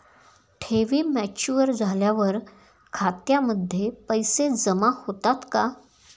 ठेवी मॅच्युअर झाल्यावर खात्यामध्ये पैसे जमा होतात का?